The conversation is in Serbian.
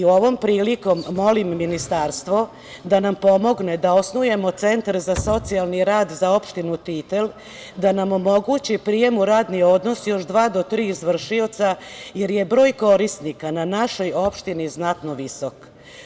Ovom priliko molim ministarstvo da nam pomogne da osnujemo centar za socijalni rad za opštinu Titel, da nam omogući prijem u radni odnos još dva do tri izvršioca, jer je broj korisnika na našoj opštini znatno visok.